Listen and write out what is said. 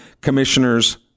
Commissioner's